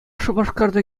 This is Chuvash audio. шупашкарта